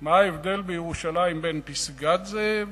מה ההבדל בירושלים בין פסגת-זאב